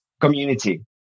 community